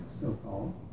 so-called